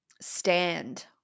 stand